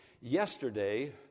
Yesterday